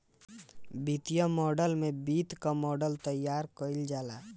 वित्तीय मॉडल में वित्त कअ मॉडल तइयार कईल जाला